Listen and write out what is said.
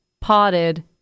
potted